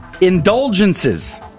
Indulgences